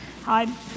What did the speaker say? Hi